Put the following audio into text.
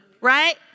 right